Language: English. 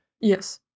Yes